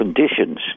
conditions